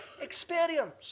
experience